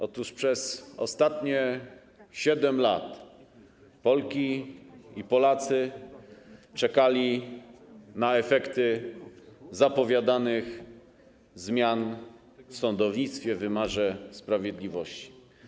Otóż przez ostatnie 7 lat Polki i Polacy czekali na efekty zapowiadanych zmian w sądownictwie, w wymiarze sprawiedliwości.